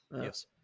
Yes